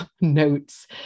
notes